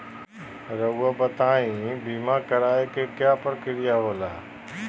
रहुआ बताइं बीमा कराए के क्या प्रक्रिया होला?